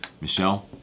Michelle